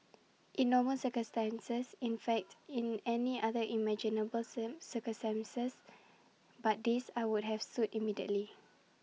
in normal circumstances in fact in any other imaginable sen circumstance but this I would have sued immediately